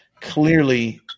clearly